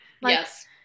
yes